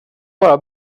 bara